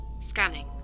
Scanning